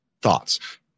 Thoughts